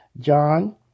John